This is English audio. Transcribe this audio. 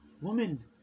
Woman